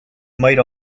might